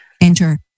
Enter